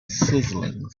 sizzling